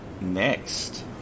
next